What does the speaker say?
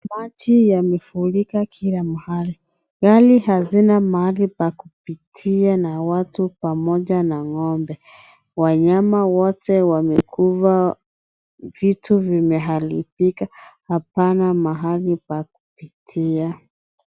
Maji yamefurika kila mahali. Gari hazina mahali pa kupitia na watu pamoja na ng'ombe. Wanyama wote wamekufa. Vitu vimeharibika, hapana mahali pa kupitia.